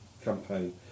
campaign